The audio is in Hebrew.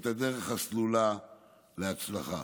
את הדרך הסלולה להצלחה.